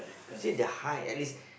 see the high at least